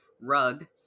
rug